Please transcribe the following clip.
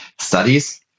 studies